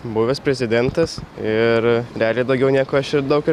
buvęs prezidentas ir realiai daugiau nieko aš ir daug ir